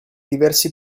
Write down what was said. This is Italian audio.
diversi